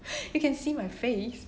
you can see my face